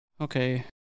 Okay